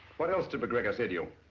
what else did macgregor say to you?